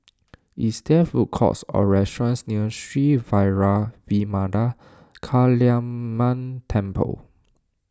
is there food courts or restaurants near Sri Vairavimada Kaliamman Temple